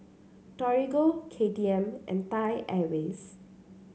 Torigo K T M and Thai Airways